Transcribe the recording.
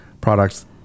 products